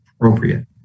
appropriate